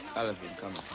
olivine, come